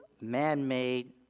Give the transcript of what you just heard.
man-made